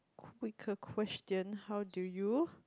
quick a question how do you